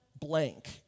blank